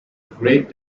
great